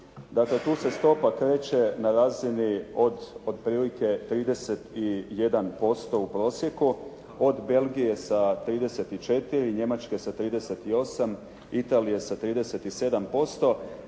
dakle tu se stopa kreće na razini od otprilike 31% u prosjeku od Belgije sa 34, Njemačke sa 38, Italije sa 37%.